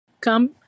come